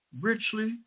richly